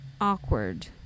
awkward